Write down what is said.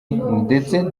ndetse